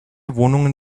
wohnungen